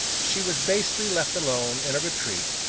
she was basely left alone in a retreat,